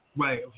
Right